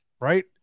right